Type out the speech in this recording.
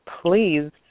please